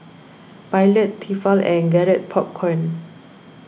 Pilot Tefal and Garrett Popcorn